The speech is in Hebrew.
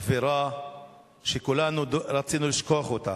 אווירה שכולנו רצינו לשכוח אותה,